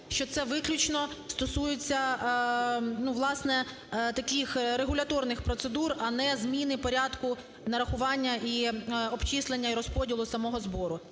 що це виключно стосується, ну, власне, таких регуляторних процедур, а не зміни порядку нарахування і обчислення, і розподілу самого збору?